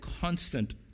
constant